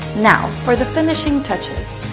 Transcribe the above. now for the finishing touches.